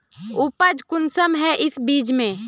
उपज कुंसम है इस बीज में?